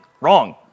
wrong